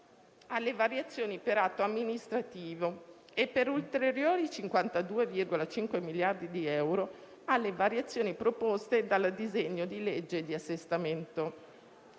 alle variazioni per atto amministrativo e, per ulteriori 52,5 miliardi di euro, alle variazioni proposte dal disegno di legge di assestamento.